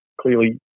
clearly